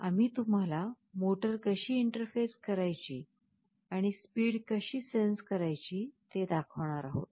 आम्ही तुम्हाला मोटर कशी इंटरफेस करायची आणि स्पीड कशी सेन्स करायची ते दाखविणार आहोत